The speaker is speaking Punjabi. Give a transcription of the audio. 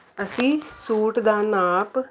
ਅਸੀਂ ਸੂਟ ਦਾ ਨਾਪ